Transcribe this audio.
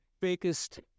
biggest